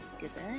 Goodbye